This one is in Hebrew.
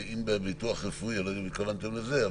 אני לא יודע אם התכוונתם לזה,